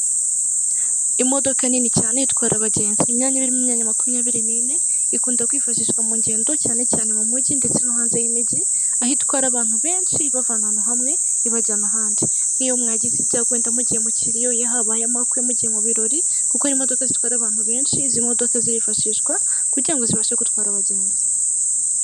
Imodoka nini cyane itwara abagenzi imyanya irimo imyanya makumyabiri n'ine ikunda kwifashishwa mu ngendo cyane cyane mu mujyi ndetse no hanze y'imijyi ahitwara abantu benshi ibavana ahantu hamwe ibajyana ahandi, nk'iyo mwagize ibyagonda wenda mugiye mu kiyo yahabayemo mugiye mu birori kuko imodoka zitwara abantu benshi izi modoka zirifashishwa kugira ngo zibashe gutwara abagenzi.